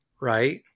right